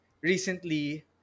recently